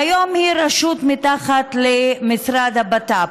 והיום היא רשות מתחת למשרד הבט"פ.